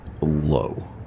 low